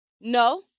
no